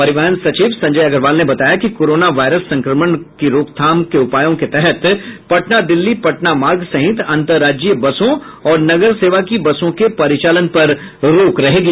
परिवहन सचिव संजय अग्रवाल ने बताया कि कोरोना वायरस संक्रमण रोकथाम उपायों के तहत पटना दिल्ली पटना मार्ग सहित अंतर्राज्यीय बसों और नगर सेवा की बसों के परिचालन पर रोक रहेगी